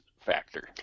factor